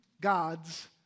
god's